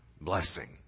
blessing